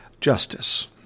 justice